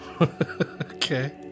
Okay